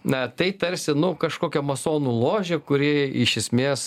na tai tarsi nu kažkokia masonų ložė kuri iš esmės